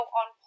on